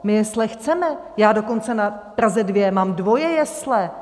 My jesle chceme, já dokonce na Praze 2 mám dvoje jesle!